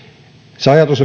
se ajatus